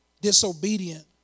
disobedient